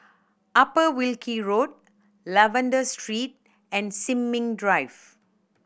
Upper Wilkie Road Lavender Street and Sin Ming Drive